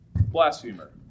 Blasphemer